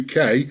UK